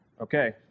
Okay